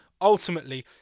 ultimately